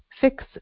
Fix